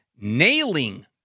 nailing